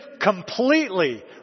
completely